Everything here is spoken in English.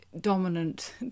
dominant